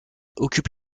occupe